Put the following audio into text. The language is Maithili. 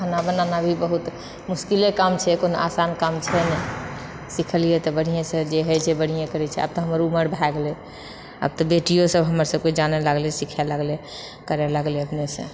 खाना बनाना भी बहुत मुश्किले काम छै कोनो आसान काम छै नहि सिखलिऐ तऽ बढ़िएसँ जे हइ छै बढ़िए आब तऽ हमर उमर भए गेलै आब तऽ बेटियो सब हमर सबके जानऽ लागलै सीखऽ लागलै करऽ लागलै अपनेसँ